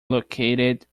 located